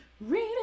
Read